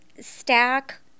stack –